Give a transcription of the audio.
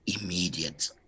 immediate